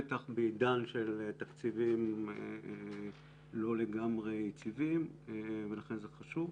בטח בעידן של תקציבים לא לגמרי יציבים ולכן זה חשוב.